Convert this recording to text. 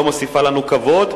לא מוסיף לנו כבוד,